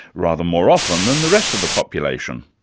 rather more often than the rest of the population.